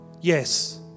Yes